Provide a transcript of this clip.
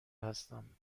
هستم